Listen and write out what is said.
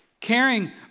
caring